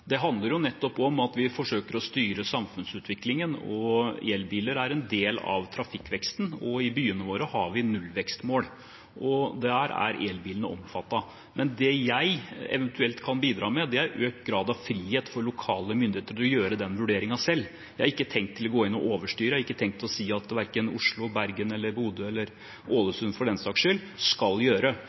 det handler nettopp om at vi forsøker å styre samfunnsutviklingen. Elbiler er en del av trafikkveksten, og i byene våre har vi nullvekstmål – og der er elbilene omfattet. Det jeg eventuelt kan bidra med, er økt grad av frihet for lokale myndigheter til å gjøre den vurderingen selv. Jeg har ikke tenkt å gå inn og overstyre. Jeg har ikke tenkt å gå inn og si hva verken Oslo, Bergen, Bodø eller Ålesund, for den saks skyld, skal gjøre.